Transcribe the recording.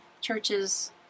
churches